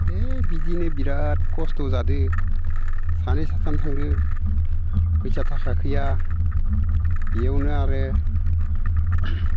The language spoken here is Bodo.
ओइ बिदिनो बिराद खस्थ' जादो सानै साथाम थांदो फैसा थाखा गैया बेयावनो आरो